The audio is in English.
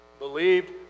Believed